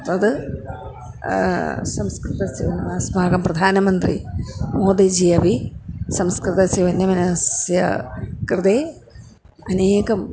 तत् संस्कृतस्य अस्माकं प्रधानमन्त्री मोदी जी अपि संस्कृतस्य वर्तमानस्य कृते अनेकम्